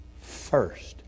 first